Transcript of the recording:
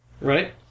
Right